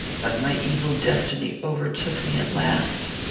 but my evil destiny overtook me at last.